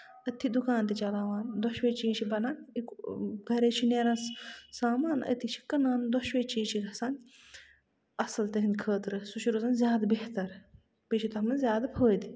تٔتھی دُکان تہِ چَلاوان دۄشوے چیٖز تہِ چھِ بَنان گرے چھُ نیران سامان أتی چھِ کٕنان دۄشوے چیٖز چھِ گژھان اَصٕل تِہِندِ خٲطرٕ سُہ چھُ روزان زیادٕ بہتر بیٚیہِ چھِ تَتھ منٛز زیادٕ فٲیدٕ تہِ